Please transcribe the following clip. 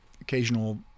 occasional